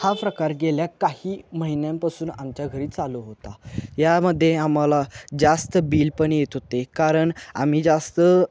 हा प्रकार गेल्या काही महिन्यांपासून आमच्या घरी चालू होता यामध्ये आम्हाला जास्त बिल पण येत होते कारण आम्ही जास्त